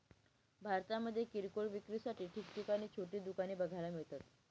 भारतामध्ये किरकोळ विक्रीसाठी ठिकठिकाणी छोटी दुकाने बघायला मिळतात